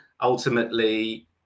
ultimately